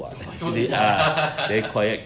oh 教你啊